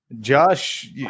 Josh